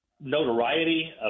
notoriety